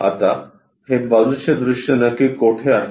आताहे बाजूचे दृश्य नक्की कोठे आहे